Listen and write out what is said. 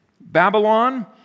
Babylon